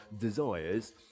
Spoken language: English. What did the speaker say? desires